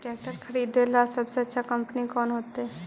Tractor खरीदेला सबसे अच्छा कंपनी कौन होतई?